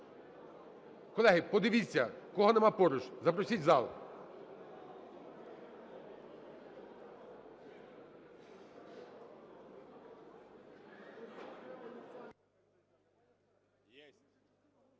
Колеги, подивіться, кого нема поруч, запросіть в зал.